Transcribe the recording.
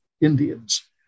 Indians